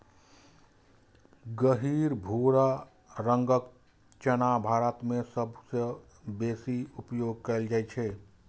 गहींर भूरा रंगक चना भारत मे सबसं बेसी उपयोग कैल जाइ छै